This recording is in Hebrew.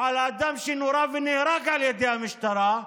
על אדם שנורה ונהרג על ידי המשטרה,